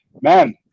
man